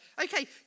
okay